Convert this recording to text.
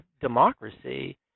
democracy